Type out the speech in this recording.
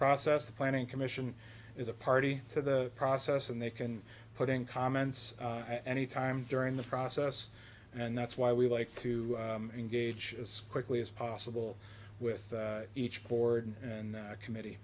process the planning commission is a party to the process and they can put in comments at any time during the process and that's why we like to engage as quickly as possible with each board and a committee